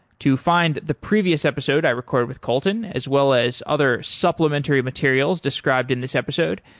to find the previous episode i record with kolton as well as other supplementary materials described in this episode,